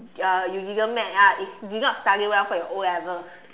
uh you didn't make ah is you did not study well for your o-level